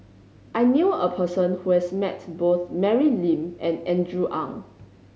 I knew a person who has met both Mary Lim and Andrew Ang